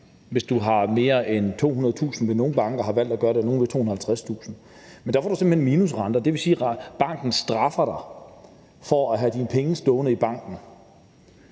at sætte grænsen ved 200.000 kr., og andre har sat den ved 250.000 kr. Der får du simpelt hen minusrenter, og det vil sige, at banken straffer dig for at have dine penge stående i banken.